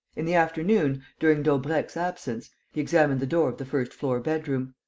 in the afternoon, during daubrecq's absence, he examined the door of the first-floor bedroom.